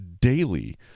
daily